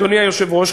אדוני היושב-ראש,